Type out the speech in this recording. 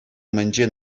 умӗнче